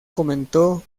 comentó